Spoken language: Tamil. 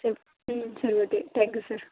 சரி சரி ஓகே தேங்க் யூ சார்